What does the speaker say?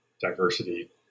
diversity